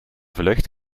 vlucht